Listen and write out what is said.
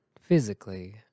physically